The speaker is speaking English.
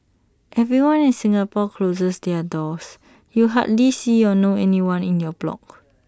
everyone in Singapore closes their doors you hardly see or know anyone in your block